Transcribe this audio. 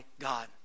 God